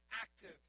active